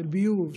של ביוב,